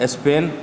Spain